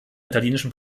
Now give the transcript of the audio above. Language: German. italienischen